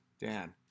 dan